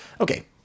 Okay